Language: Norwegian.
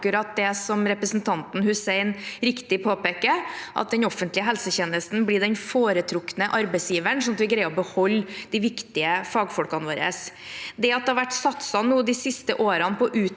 til akkurat det representanten Hussein riktig påpeker, at den offentlige helsetjenesten blir den foretrukne arbeidsgiveren, sånn at vi greier å beholde de viktige fagfolkene våre. Det at det de siste årene har vært